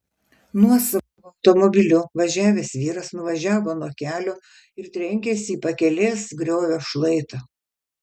nuosavu automobiliu važiavęs vyras nuvažiavo nuo kelio ir trenkėsi į pakelės griovio šlaitą